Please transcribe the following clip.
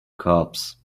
cubs